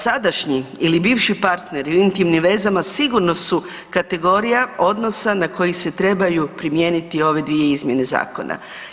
Sadašnji ili bivši partneri u intimnim vezama sigurno su kategorija odnosa na koji se trebaju primijeniti ove dvije izmjene zakona.